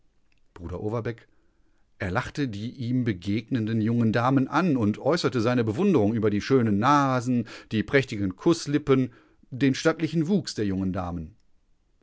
bruder overbeck er lachte die ihm begegnenden jungen damen an und äußerte seine bewunderung über die schönen nasen die prächtigen kußlippen den stattlichen wuchs der jungen damen